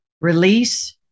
Release